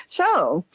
so,